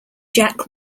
jack